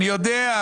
אני יודע.